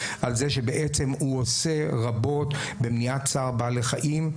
על זה שבעצם הוא עושה רבות במניעת צער בעלי חיים.